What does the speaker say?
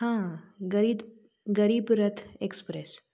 हां गरीद गरीब रथ एक्सप्रेस